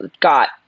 got